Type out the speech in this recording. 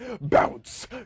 bounce